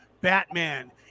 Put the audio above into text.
Batman